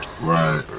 Right